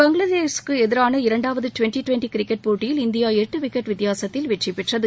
பங்களாதேகக்கு எதிரான இரண்டாவது twenty twenty cricket போட்டியில் இந்தியா எட்டு விக்கெட் வித்தியாசத்தில் வெற்றி பெற்றது